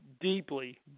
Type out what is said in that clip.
deeply